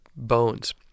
bones